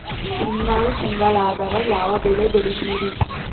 ಹಿಂಗಾರು ತಿಂಗಳದಾಗ ಯಾವ ಬೆಳೆ ಬೆಳಿತಿರಿ?